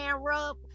rub